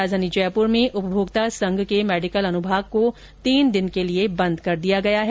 राजधानी जयपुर में उपभोक्ता संघ के मेडिकल अनुभाग को तीन दिन के लिये बंद कर दिया गया है